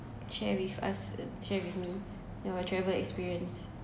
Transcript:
share with us share with me your travel experience